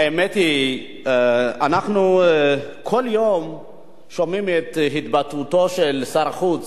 האמת היא שאנחנו כל יום שומעים את התבטאותו של שר החוץ